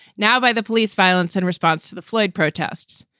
now by the police violence in response to the floyd protests.